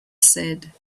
said